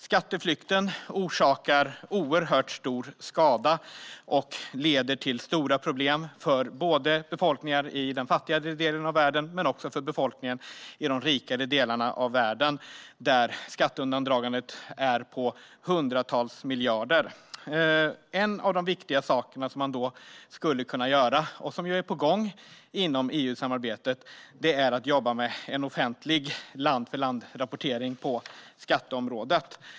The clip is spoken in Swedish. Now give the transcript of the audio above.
Skatteflykten orsakar oerhört stor skada och leder till stora problem både för befolkningen i den fattiga delen av världen och för befolkningen i de rikare delarna av världen, där skatteundandragandet är på hundratals miljarder. En av de viktiga saker som man skulle kunna göra och som är på gång inom EU-samarbetet är att jobba med en offentlig land-för-land-rapportering på skatteområdet.